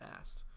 asked